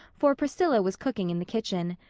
for priscilla was cooking in the kitchen.